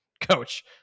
coach